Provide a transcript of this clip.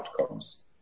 outcomes